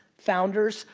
founders,